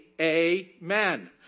Amen